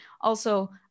Also-